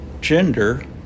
gender